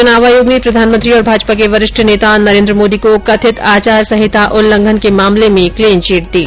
चुनाव आयोग ने प्रधानमंत्री और भाजपा के वरिष्ठ नेता नरेन्द्र मोदी को कथित आचार संहिता उल्लंघन के मामले में क्लिन चिट दी